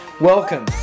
Welcome